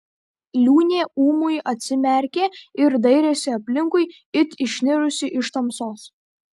liūnė ūmai atsimerkė ir dairėsi aplinkui it išnirusi iš tamsos